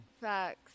Facts